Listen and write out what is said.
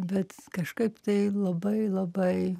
bet kažkaip tai labai labai